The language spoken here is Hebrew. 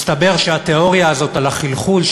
מסתבר שהתיאוריה הזאת על החלחול,